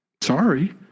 Sorry